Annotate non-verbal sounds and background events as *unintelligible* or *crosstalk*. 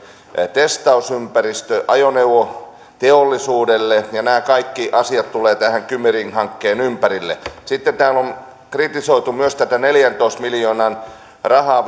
testausympäristö ajoneuvoteollisuudelle nämä kaikki asiat tulevat tähän kymi ring hankkeen ympärille sitten täällä on kritisoitu myös tätä neljäntoista miljoonan rahaa *unintelligible*